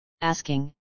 asking